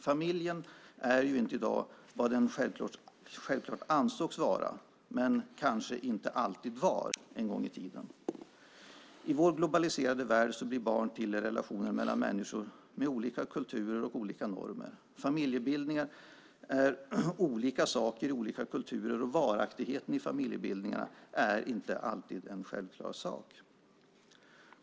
Familjen är inte i dag vad den självklart ansågs vara men kanske inte alltid var en gång i tiden. I vår globaliserade värld blir barn till i relationer mellan människor med olika kulturer och olika normer. Familjebildning är olika saker i olika kulturer, och varaktigheten i familjebildningarna är inte alltid en självklar sak.